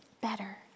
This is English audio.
better